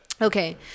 Okay